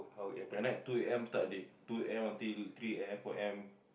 at night two A_M start the day two A_M until three A_M four A_M